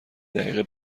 دقیقه